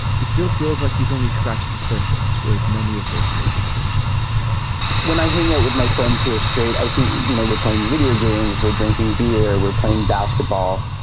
he still feels like he's only scratched the surface with many of those relationships when i hang out with my friends who are straight, i think, you know, we're playing video games, we're drinking beer, we're playing basketball.